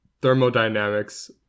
thermodynamics